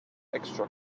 extra